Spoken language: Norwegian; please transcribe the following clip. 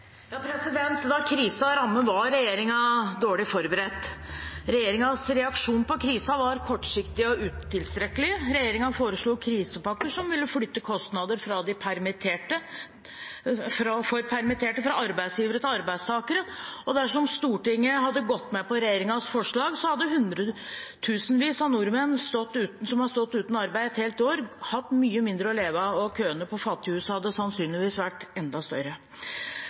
ville flytte kostnader for permitterte fra arbeidsgivere til arbeidstakere. Dersom Stortinget hadde gått med på regjeringens forslag, hadde hundretusenvis av nordmenn som har stått uten arbeid et helt år, hatt mye mindre å leve av, og køene på Fattighuset hadde sannsynligvis vært enda